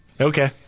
Okay